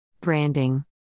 Branding